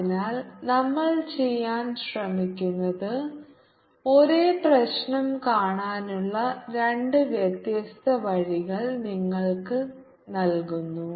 അതിനാൽ നമ്മൾ ചെയ്യാൻ ശ്രമിക്കുന്നത് ഒരേ പ്രശ്നം കാണാനുള്ള രണ്ട് വ്യത്യസ്ത വഴികൾ നിങ്ങൾക്ക് നൽകുന്നു